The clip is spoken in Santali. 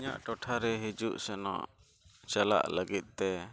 ᱤᱧᱟᱹᱜ ᱴᱚᱴᱷᱟᱨᱮ ᱦᱤᱡᱩᱜ ᱥᱮᱱᱚᱜ ᱪᱟᱞᱟᱜ ᱞᱟᱹᱜᱤᱫ ᱛᱮ